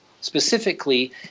specifically